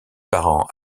parents